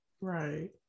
right